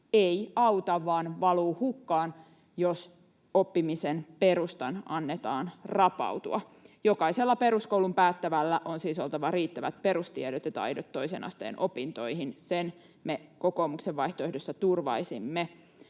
ei auta vaan valuu hukkaan, jos oppimisen perustan annetaan rapautua. Jokaisella peruskoulun päättävällä on siis oltava riittävät perustiedot ja ‑taidot toisen asteen opintoihin, sen me kokoomuksen vaihtoehdossa turvaisimme.